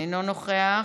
אינו נוכח.